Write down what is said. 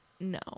no